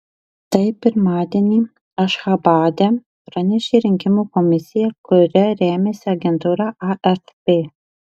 tai pirmadienį ašchabade pranešė rinkimų komisija kuria remiasi agentūra afp